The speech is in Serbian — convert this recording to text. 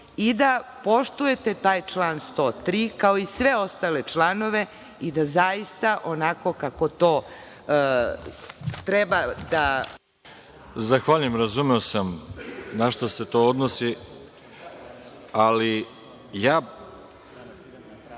i da poštujete taj član 103, kao i sve ostale članove i da zaista onako kako to treba… **Veroljub Arsić** Zahvaljujem, razumeo sam na šta se to odnosi. Ali, ja